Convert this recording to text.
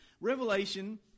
Revelation